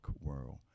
world